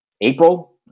April